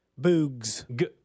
Boogs